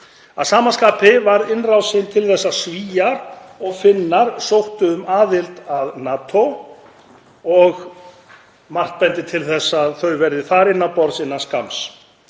Að sama skapi varð innrásin til þess að Svíar og Finnar sóttu um aðild að NATO og margt bendir til að þau verði þar innan borðs innan skamms.